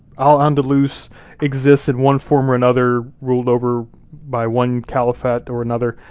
al-andalus exists in one form or another, ruled over by one caliphate or another,